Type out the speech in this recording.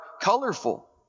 colorful